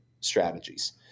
strategies